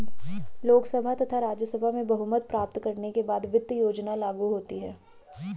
लोकसभा तथा राज्यसभा में बहुमत प्राप्त करने के बाद वित्त योजना लागू होती है